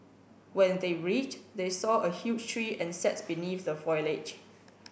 when they reached they saw a huge tree and sat beneath the foliage